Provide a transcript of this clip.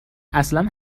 اصلن